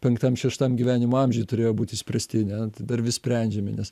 penktam šeštam gyvenimo amžiuj turėjo būt išspręsti ne tai dar vis sprendžiami nes